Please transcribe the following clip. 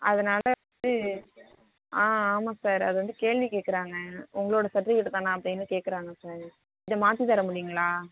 அதனால வந்து ஆ ஆமாம் சார் அது வந்து கேள்வி கேட்குறாங்க உங்களோட சர்ட்டிஃபிக்கேட்டு தானா அப்படினு கேட்கறாங்க சார் இதை மாற்றி தர முடியுங்களா